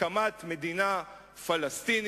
הקמת מדינה פלסטינית,